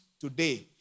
today